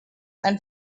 ein